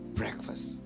breakfast